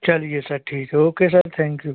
चलिए सर ठीक है ओके सर थैंक यू